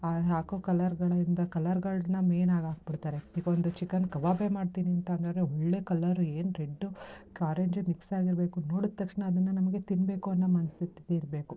ಆ ಹಾಕೋ ಕಲರ್ಗಳಿಂದ ಕಲರ್ಗಳನ್ನ ಮೇನಾಗಿ ಹಾಕ್ಬಿಡ್ತಾರೆ ಈಗ ಒಂದು ಚಿಕನ್ ಕಬಾಬೆ ಮಾಡ್ತೀನಿ ಅಂತಂದರೆ ಒಳ್ಳೆಯ ಕಲರು ಏನು ರೆಡ್ ಕಾರೆಂಜು ಮಿಕ್ಸ್ ಆಗಿರಬೇಕು ನೋಡಿದ ತಕ್ಷಣ ಅದನ್ನು ನಮಗೆ ತಿನ್ನಬೇಕು ಅನ್ನೋ ಮನಸ್ಥಿತಿ ಇರಬೇಕು